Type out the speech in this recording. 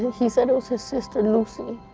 he said it was his sister lucy.